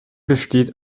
besteht